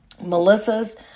Melissa's